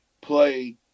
play